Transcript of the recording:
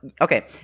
Okay